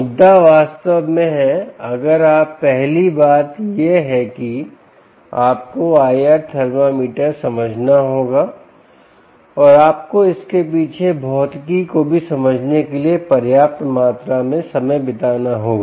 मुद्दा वास्तव में है अगर आप पहली बात यह है कि आपको IR थर्मामीटर समझना होगा और आपको इसके पीछे भौतिकी को भी समझने के लिए पर्याप्त मात्रा में समय बिताना होगा